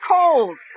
cold